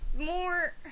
more